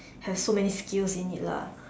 have so many skills in it lah